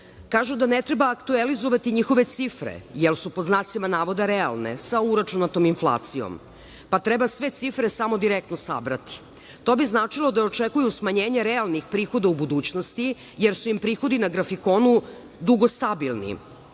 da ne treba aktuelizovati njihove cifre, jer su „realne“ sa uračunatom inflacijom, pa treba sve cifre samo direktno sabrati. To bi značilo da očekuju smanjenje realnih prihoda u budućnosti, jer su im prihodi na grafikonu dugo stabilni,